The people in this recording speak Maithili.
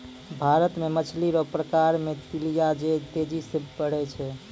भारत मे मछली रो प्रकार मे तिलैया जे तेजी से बड़ै छै